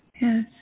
Yes